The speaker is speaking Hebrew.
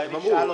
אמרנו.